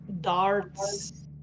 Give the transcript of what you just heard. darts